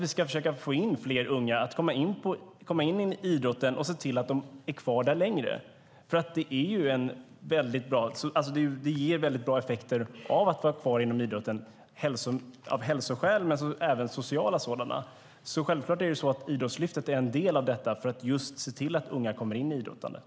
Vi ska försöka få fler unga att komma in i idrotten och se till att de är kvar där längre. Att vara kvar inom idrotten ger mycket bra hälsoeffekter och även sociala effekter. Idrottslyftet är en del för att se till att unga kommer in i idrottandet.